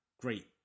great